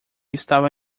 estava